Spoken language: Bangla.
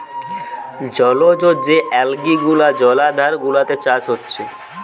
জলজ যে অ্যালগি গুলা জলাধার গুলাতে চাষ হচ্ছে